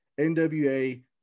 NWA